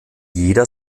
jeder